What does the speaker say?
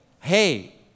hey